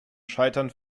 scheitern